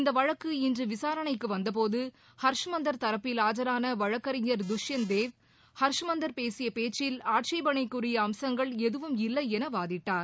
இந்த வழக்கு இன்று விசாரணைக்கு வந்தபோது ஹர்ஷ் மந்தர் தரப்பில் ஆஜரான வழக்கறிஞர் துஷ்யந்த் தேவ் ஹர்ஷ் மந்தர் பேசிய பேச்சில் ஆட்சேபனைக்குரிய அம்சங்கள் எதுவும் இல்லை என வாதிட்டார்